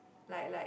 like like